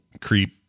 creep